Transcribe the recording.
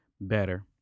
better